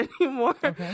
anymore